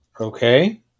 okay